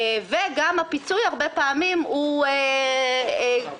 וגם הפיצוי פעמים רבות